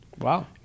wow